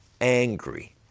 angry